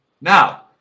now